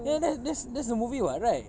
ya that that's the movie [what] right